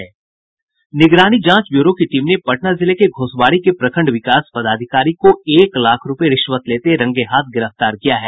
निगरानी जांच ब्यूरो की टीम ने पटना जिले में घोसवारी के प्रखंड विकास पदाधिकारी को एक लाख रुपये रिश्वत लेते हुये रंगे हाथ गिरफ्तार किया है